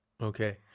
Okay